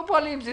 לא פועלים.